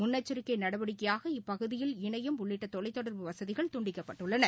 முன்னெச்சரிக்கைநடவடிக்கையாக இப்பகுதியில் இணையம் உள்ளிட்டதொலைத்தொடர்பு வசதிகள் துண்டிக்கப்பட்டுள்ளன